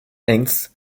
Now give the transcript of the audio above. ernst